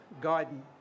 guidance